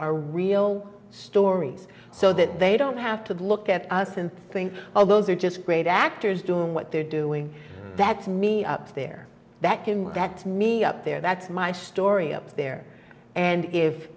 are real stories so that they don't have to look at us and think oh those are just great actors doing what they're doing that's me up there that can get me up there that's my story up there and if